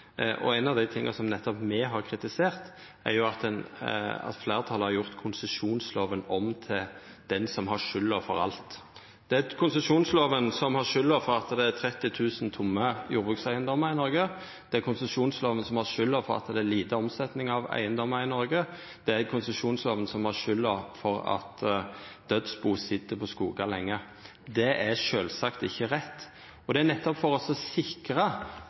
landet. Ein av dei tinga me har kritisert, er at fleirtalet har gjort konsesjonslova om til den lova som har skulda for alt: Det er konsesjonslova som har skulda for at det er 30 000 tomme jordbrukseigedomar i Noreg, det er konsesjonslova som har skulda for at det er lite omsetning av eigedomar i Noreg, det er konsesjonslova som har skulda for at dødsbu sit på skogar lenge. Det er sjølvsagt ikkje rett. Buplikta er viktig – og viktig utover driveplikta – for buplikta sikrar nasjonalt eigarskap til dei store eigedomane, nettopp